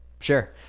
Sure